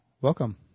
welcome